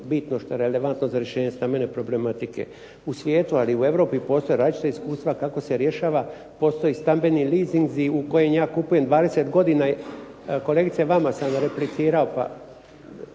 bitno, što je relevantno za rješenje stambene problematike. U svijetu, ali i u Europi postoje različita iskustva kako se rješava, postoji stambeni lizinzi u kojima ja kupujem 20 godina. Kolegice vama sam replicirao, pa.